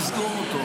נסגור אותו.